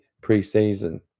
pre-season